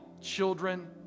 children